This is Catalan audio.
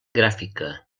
gràfica